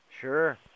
Sure